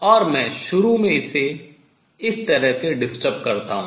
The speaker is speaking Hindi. और मैं शुरू में इसे इस तरह से disturb करता हूँ